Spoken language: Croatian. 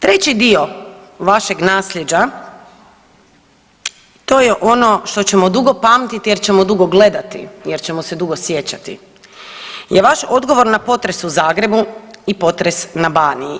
Treći dio vašeg naslijeđa to je ono što ćemo dugo pamtiti, jer ćemo dugo gledati, jer ćemo se dugo sjećati je vaš odgovor na potres u Zagrebu i potres na Baniji.